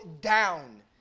down